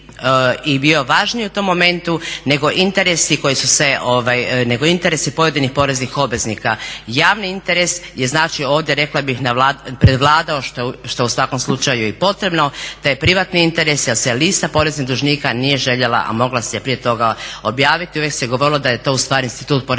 interesi koji su se, nego interesi pojedinih poreznih obveznika. Javni interes je značio ovdje rekla bih prevladao što u svakom slučaju je i potrebno, taj privatni interes jer se lista poreznih dužnika nije željela a mogla se prije toga objaviti. Uvijek se govorilo da je to ustvari institut porezne